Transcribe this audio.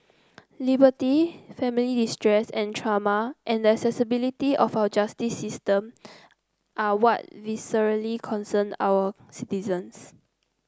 liberty family distress and trauma and the accessibility of our justice system are what viscerally concern our citizens